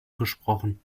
gesprochen